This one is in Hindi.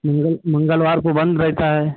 मंगल मंगलवार को बंद रहता है